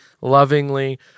lovingly